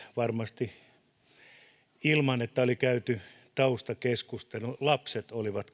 varmasti ilman että oli käyty taustakeskustelu lapset olivat